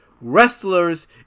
wrestlers